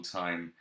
time